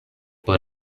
por